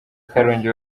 karongi